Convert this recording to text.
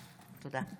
תודה.